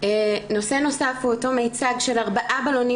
נושא נוסף הוא אותו מיצג שלארבעה בלונים